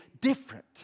different